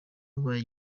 wabaye